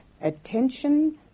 attention